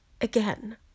again